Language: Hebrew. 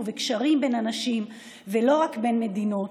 וקשרים בין אנשים ולא רק בין מדינות.